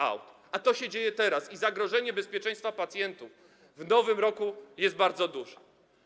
A to się teraz dzieje i zagrożenie bezpieczeństwa pacjentów w nowym roku jest bardzo duże.